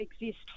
exist